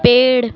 पेड़